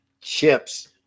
chips